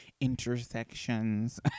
intersections